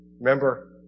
Remember